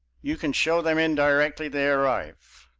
you can show them in directly they arrive.